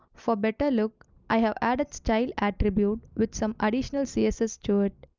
for better look i have added style attribute with some additional css to it.